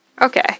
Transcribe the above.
Okay